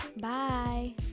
Bye